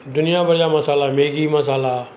दुनिया भर जा मसाला मेगी मसाला